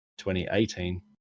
2018